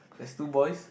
there's two boys